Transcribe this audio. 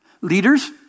Leaders